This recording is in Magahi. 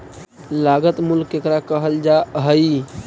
लागत मूल्य केकरा कहल जा हइ?